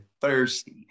thirsty